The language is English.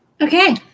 Okay